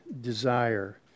desire